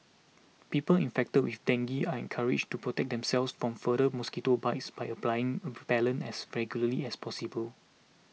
people infected with dengue are encouraged to protect themselves from further mosquito bites by applying repellent as regularly as possible